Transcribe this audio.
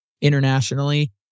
internationally